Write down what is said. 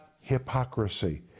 hypocrisy